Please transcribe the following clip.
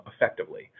effectively